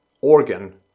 organ